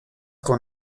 con